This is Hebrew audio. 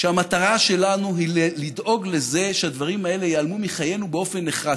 שהמטרה שלנו היא לדאוג לזה שהדברים האלה ייעלמו מחיינו באופן נחרץ.